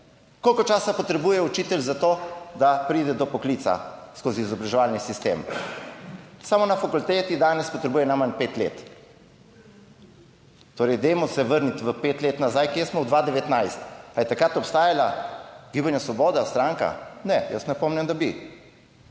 Koliko časa potrebuje učitelj za to, da pride do poklica skozi izobraževalni sistem? Samo na fakulteti danes potrebuje najmanj pet let! Torej, dajmo se vrniti pet let nazaj in kje smo - v 2019. Ali je takrat obstajala stranka Gibanje Svoboda? Ne, jaz ne pomnim, da bi.